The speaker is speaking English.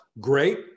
Great